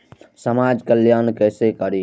समाज कल्याण केसे करी?